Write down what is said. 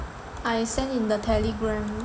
I send in the Telegram